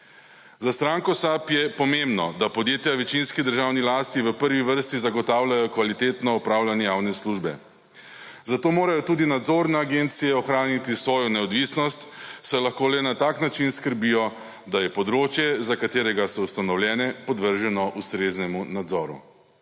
Za stranko SAB je pomembno, da podjetja v večinski državni lasti v prvi vrsti zagotavljajo kvalitetno opravljanje javne službe. Zato morajo tudi nadzorne agencije ohraniti svojo neodvisnost, saj lahko le na tak način skrbijo, da je področje, za katerega so ustanovljene, podvrženo ustreznemu nadzoru.